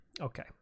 okay